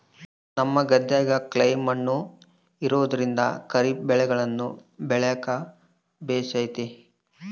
ನಮ್ಮ ಗದ್ದೆಗ ಕ್ಲೇ ಮಣ್ಣು ಇರೋದ್ರಿಂದ ಖಾರಿಫ್ ಬೆಳೆಗಳನ್ನ ಬೆಳೆಕ ಬೇಸತೆ